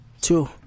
two